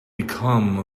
become